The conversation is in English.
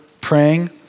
praying